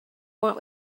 want